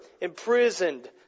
imprisoned